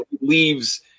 leaves